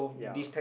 yeah